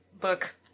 book